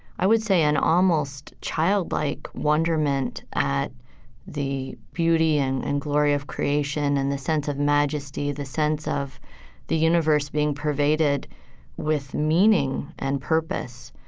i would say, an almost childlike wonderment at the beauty and and glory of creation, and the sense of majesty, the sense of the universe being pervaded with meaning and purpose.